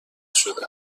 شده